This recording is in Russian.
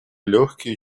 легкие